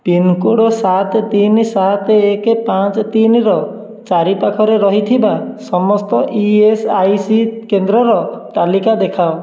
pin code ସାତ ତିନି ସାତ ଏକ ପାଞ୍ଚ ତିନିର ଚାରିପାଖରେ ରହିଥିବା ସମସ୍ତ ଇ ଏସ୍ ଆଇ ସି କେନ୍ଦ୍ରର ତାଲିକା ଦେଖାଅ